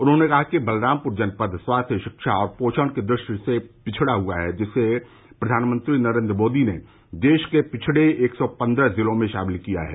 उन्होंने कहा बलरामपुर जनपद स्वास्थ्य शिक्षा और पोषण की दृष्टि से पिछड़ा हुआ है जिसे प्रधानमंत्री नरेन्द्र मोदी ने देश के पिछड़े एक सौ पन्द्रह जिलों में शामिल किया है